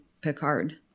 Picard